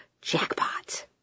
Jackpot